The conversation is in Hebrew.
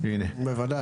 בוודאי.